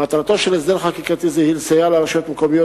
מטרתו של הסדר חקיקתי זה היא לסייע לרשויות מקומיות